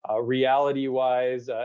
reality-wise